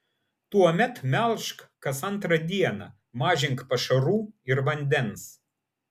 tuomet melžk kas antrą dieną mažink pašarų ir vandens